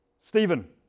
Stephen